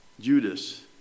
Judas